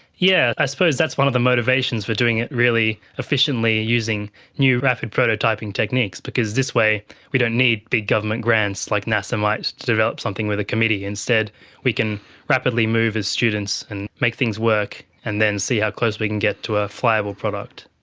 yeah i suppose that's one of the motivations for doing it really efficiently, using new rapid prototyping techniques, because this way we don't need big government grants like nasa might to develop something with a committee, instead we can rapidly move as students and make things work and then see how close we can get to a flyable product.